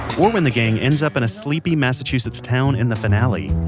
or when the gang ends up in a sleepy massachusetts town in the finale